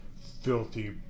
filthy